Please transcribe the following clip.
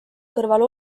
kõrval